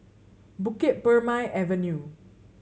Bukit Purmei Avenue